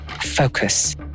Focus